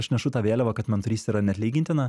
aš nešu tą vėliavą kad mentorystė yra neatlygintina